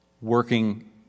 working